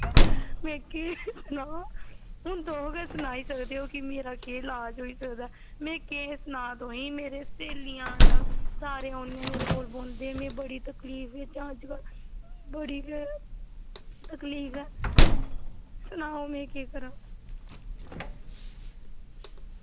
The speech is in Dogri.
मिगी इन्ना होंदा तां गै होई सकदी ओह्मेरा केह् लाज़ होई सकदा ऐ में केह् सनां तुसेंगी मेरियां स्हेलियां न मिगी आक्खदे ते मेरे कोल बौहंदे ते में बड़ी तकलीफ च आं अज्जकल बड़ी गै तकलीफ ऐ सनाओ में केह् करां